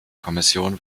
kommission